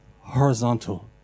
horizontal